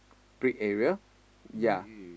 brick area yea